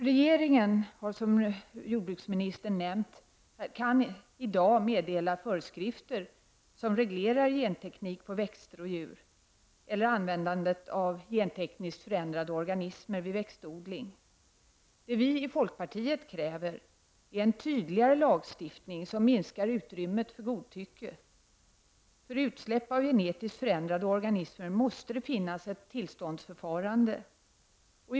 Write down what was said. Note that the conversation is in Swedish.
Regeringen kan, som jordbruksministern nämnde, i dag meddela föreskrifter som reglerar genteknik på växter och djur eller användande av gentekniskt förändrade organismer vid växtodling. Folkpartiet kräver en tydligare lagstiftning som minskar utrymmet för godtycke. För utsläpp av genetiskt förändrade organismer måste det finnas ett tillståndsförfarande.